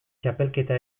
txapelketa